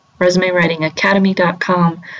ResumeWritingAcademy.com